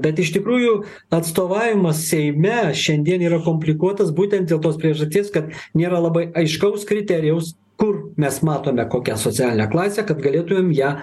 bet iš tikrųjų atstovavimas seime šiandien yra komplikuotas būtent dėl tos priežasties kad nėra labai aiškaus kriterijaus kur mes matome kokią socialinę klasę kad galėtumėm ją